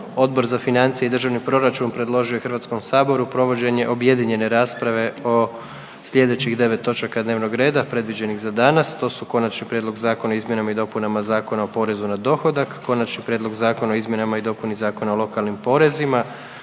Odbor za financije i državni proračun predložio je HS provođenje objedinjene rasprave o slijedećih 9 točaka dnevnog reda predviđenih za danas, to su: 1. Konačni prijedlog zakona o izmjenama i dopunama Zakona o porezu na dohodak, drugo čitanje, P.Z. br. 518. 1. Konačni prijedlog zakona o izmjenama i dopuni Zakona o lokalnim porezima,